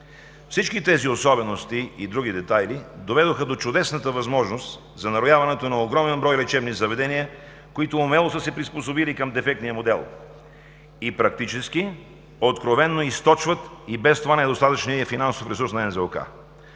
Всички тези особености и други детайли доведоха до чудесната възможност за нарояването на огромен брой лечебни заведения, които умело са се приспособили към дефектния модел и практически откровено източват и без това недостатъчния финансов ресурс на НЗОК.